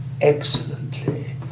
excellently